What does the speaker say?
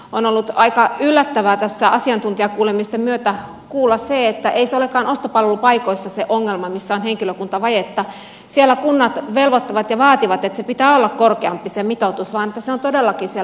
on ollut aika yllättävää tässä asiantuntijakuulemisten myötä kuulla se että ei se ongelma olekaan ostopalvelupaikoissa missä on henkilökuntavajetta siellä kunnat velvoittavat ja vaativat että sen mitoituksen pitää olla korkeampi vaan se on todellakin siellä kunnassa